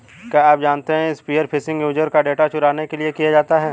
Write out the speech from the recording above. क्या आप जानते है स्पीयर फिशिंग यूजर का डेटा चुराने के लिए किया जाता है?